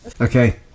Okay